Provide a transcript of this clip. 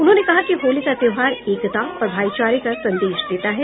उन्होंने कहा कि होली का त्योहार एकता और भाईचारे का संदेश देता है